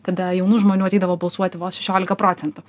kada jaunų žmonių ateidavo balsuoti vos šešiolika procentų